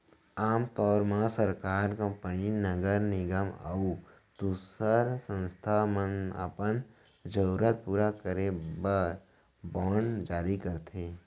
आम तौर म सरकार, कंपनी, नगर निगम अउ दूसर संस्था मन अपन जरूरत पूरा करे बर बांड जारी करथे